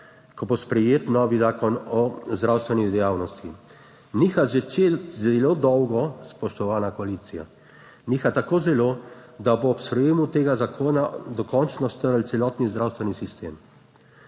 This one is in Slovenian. ko bo sprejet novi zakon o zdravstveni dejavnosti. Niha zelo dolgo, spoštovana koalicija, niha tako zelo, da se bo ob sprejetju tega zakona dokončno strl celotni zdravstveni sistem.